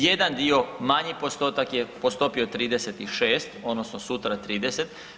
Jedan dio, manji postotak je po stopi od 36 odnosno sutra 30.